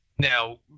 Now